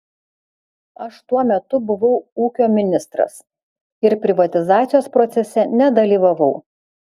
aš tuo metu buvau ūkio ministras ir privatizacijos procese nedalyvavau